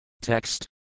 Text